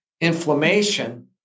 inflammation